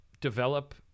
develop